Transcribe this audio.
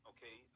Okay